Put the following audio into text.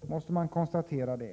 därför är väl kända.